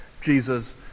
Jesus